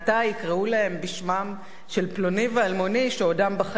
ייקראו להם בשמם של פלוני ואלמוני שעודם בחיים,